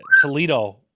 Toledo